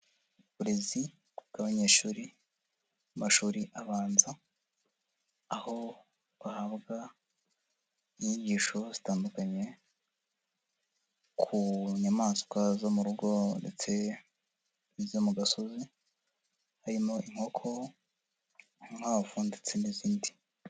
Uburezi bw'abanyeshuri mu mashuri abanza aho bahabwa inyigisho zitandukanye ku nyamaswa zo mu rugo ndetse n'izo mu gasozi harimo inkoko, inkwavu ndetse n'izindi.